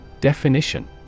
Definition